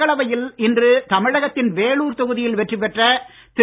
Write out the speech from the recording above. மக்களவையில் இன்று தமிழகத்தின் வேலூர் தொகுதியில் வெற்றி பெற்ற திரு